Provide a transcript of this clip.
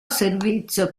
servizio